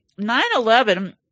9-11